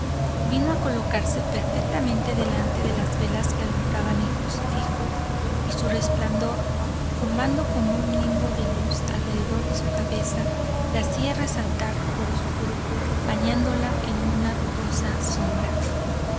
vino a colocarse perfectamente delante de las velas que alumbraban el crucifijo y su resplandor formando como un nimbo de luz alrededor de su cabeza la hacía resaltar por oscuro bañándola en una dudosa sombra